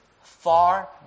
far